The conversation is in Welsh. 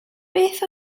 beth